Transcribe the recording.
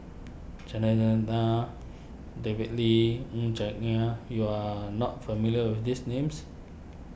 Chandran Nair David Lee Ng Chuan Yat you are not familiar with these names